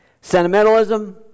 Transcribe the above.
Sentimentalism